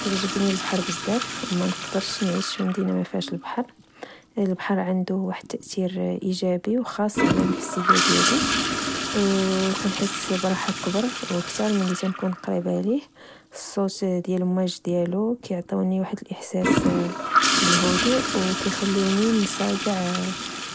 كعجبني البحر بزاف، ومنقدرش نعيش فمدينة مفهاش البحر. البحر عندو واحد التأثير إيجابي و خاص على نفسية ديالي، وكنحس براحة كبر وكتر ملي تنكون قريب ليه. الصوت ديال الموج ديالو كيعطيوني واحد الإحساس بالهدوء وكخليوني نسينا چاع